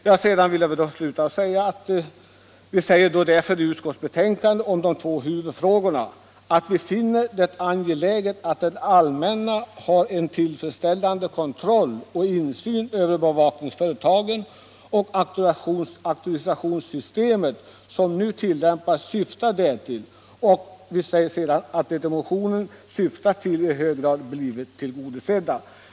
Beträffande de två huvudfrågorna framhålls i utskottsbetänkandet: ”Utskottet finner det vara angeläget att det allmänna har en tillfredsställande insyn i och kontroll över bevakningsföretagens verksamhet. Det auktorisationssystem som nu tillämpas syftar härtill.” Motionskravet har alltså i hög grad blivit tillgodosett.